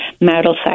marital